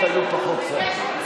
היו פחות צעקות.